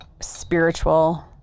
spiritual